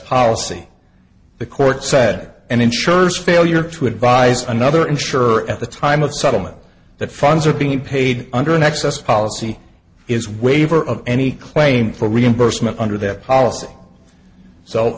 policy the court said and insurers failure to advise another insurer at the time of settlement that funds are being paid under an excess policy is waiver of any claim for reimbursement under that policy so